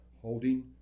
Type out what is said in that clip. holding